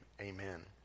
Amen